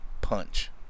punch